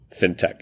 FinTech